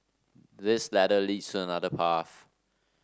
this ladder leads to another path